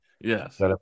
Yes